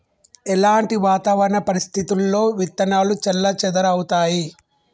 ఎలాంటి వాతావరణ పరిస్థితుల్లో విత్తనాలు చెల్లాచెదరవుతయీ?